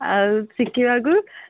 ଆଉ ଶିଖେଇବାକୁ